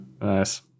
Nice